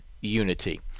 unity